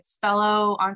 fellow